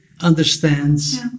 understands